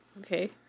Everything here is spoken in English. Okay